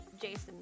Jason